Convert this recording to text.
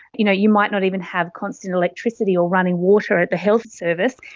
you know you might not even have constant electricity or running water at the health service,